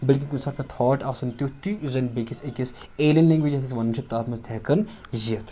بٔلکہِ کُنہِ ساتہٕ کانٛہہ تھاٹ آسُن تیُٚتھ تہِ یُس زن بیٚکِس أکِس ایلِیَن لیٚنگویج یَتھ أسۍ وَنان چھِ تَتھ منٛز تہِ ہٮ۪کَان یِتھ